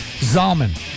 zalman